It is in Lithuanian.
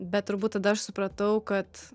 bet turbūt tada aš supratau kad